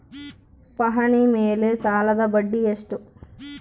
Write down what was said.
ಪಹಣಿ ಮೇಲೆ ಸಾಲದ ಬಡ್ಡಿ ಎಷ್ಟು?